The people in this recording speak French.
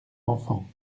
enfant